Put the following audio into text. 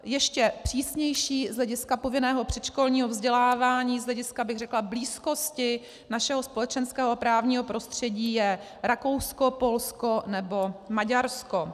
Ještě přísnější z hlediska povinného předškolního vzdělávání z hlediska řekla bych blízkosti našeho společenského a právního prostředí je Rakousko, Polsko nebo Maďarsko.